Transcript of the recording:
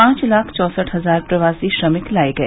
पांच लाख चौसठ हजार प्रवासी श्रमिक लाए गए